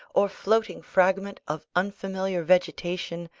or floating fragment of unfamiliar vegetation,